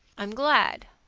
i'm glad,